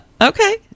okay